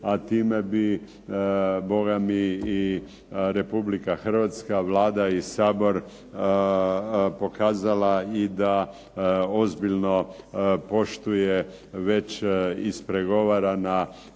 A time bi bogami i RH, Vlada i Sabor pokazala i da ozbiljno poštuje već ispregovarana